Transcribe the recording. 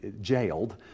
jailed